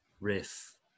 riff